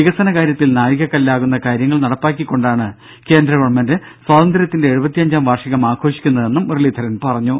വികസന കാര്യത്തിൽ നാഴികക്കല്ലാകുന്ന കാര്യങ്ങൾ നടപ്പാക്കികൊണ്ടാണ് കേന്ദ്ര ഗവൺമെന്റ് സ്വാതന്ത്ര്യത്തിന്റെ എഴുപത്തി അഞ്ചാം വാർഷികം ആഘോഷിക്കുന്നതെന്നും മുരളീധരൻ പറഞ്ഞു